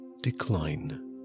decline